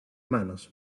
manos